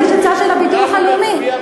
יש הצעה של הביטוח הלאומי, אני אביא אותה בפנייך.